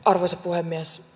arvoisa puhemies